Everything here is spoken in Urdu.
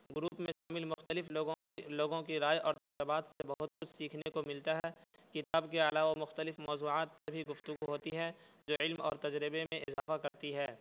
گروپ میں شامل مختلف لوگوں کی لوگوں کی رائے اور تجربات سے بہت کچھ سیکھنے کو ملتا ہے کتاب کے علاوہ مختلف موضوعات پر بھی گفتگو ہوتی ہے جو علم اور تجربے میں اضافہ کرتی ہے